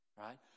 right